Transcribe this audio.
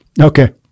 Okay